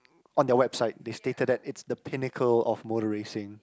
on their website they stated that it's the Pinnacle of motor racing